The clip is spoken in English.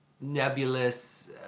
nebulous